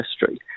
history